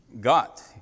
got